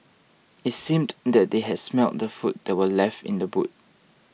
it seemed that they had smelt the food that were left in the boot